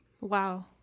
Wow